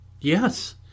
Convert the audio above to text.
Yes